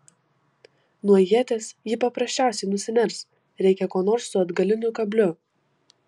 nuo ieties ji paprasčiausiai nusiners reikia ko nors su atgaliniu kabliu